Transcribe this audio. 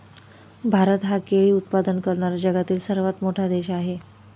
भारत हा केळी उत्पादन करणारा जगातील सर्वात मोठा देश आहे